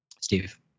Steve